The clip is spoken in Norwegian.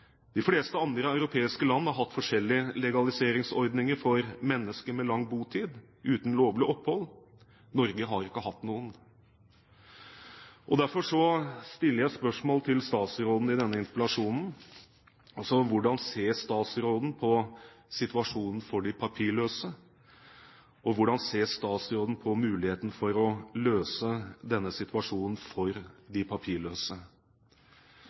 De fleste andre europeiske land har hatt forskjellige legaliseringsordninger for mennesker med lang botid uten lovlig opphold. Norge har ikke hatt noen. Derfor stiller jeg spørsmål til statsråden i denne interpellasjonen: Hvordan ser statsråden på situasjonen for de papirløse, og hvordan ser statsråden på muligheten for å løse denne situasjonen for de papirløse?